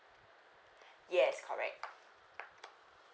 yes correct